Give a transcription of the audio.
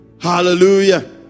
Hallelujah